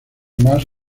más